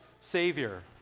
savior